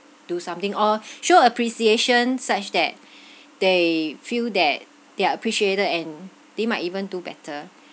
do something or show appreciation such that they feel that they're appreciated and they might even to better